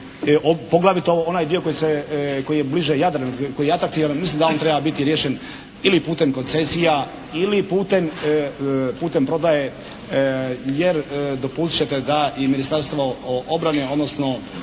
poglavito onaj dio koji se, koji je bliže Jadranu, koji je atraktivan, mislim da on treba biti riješen ili putem koncesija ili putem prodaje. Jer dopustit ćete da i Ministarstvo obrane, odnosno